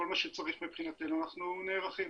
כל מה שצריך מבחינתנו אנחנו נערכים.